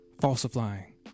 Falsifying